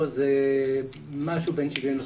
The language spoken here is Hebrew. שם זה משהו בין 70 -50,